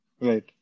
Right